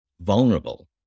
vulnerable